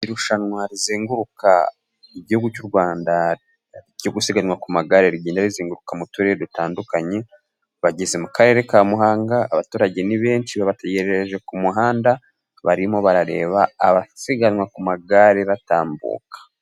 Irushanwa rizenguruka igihugu cy'u Rwanda ryo gusiganwa ku magare rigenda rizeguruka mu turere dutandukanye, bageze mu karere ka Muhanga ,abaturage ni benshi babategereje ku muhanda ,barimo barareba abasiganwa ku magare batambuka.